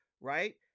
right